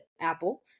apple